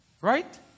Right